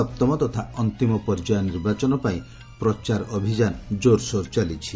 ସପ୍ତମ ତଥା ଅନ୍ତିମ ପର୍ଯ୍ୟାୟ ନିର୍ବାଚନ ପାଇଁ ପ୍ରଚାର ଅଭିଯାନ ଜୋରସୋର ଚାଲିଛି